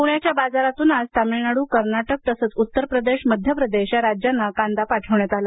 पुण्याच्या बाजारातून आज तामिळनाडू कर्नाटक तसंच उत्तर प्रदेश मध्य प्रदेश या राज्यांना कांदा पाठवण्यात आला